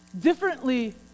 Differently